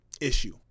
issue